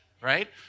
right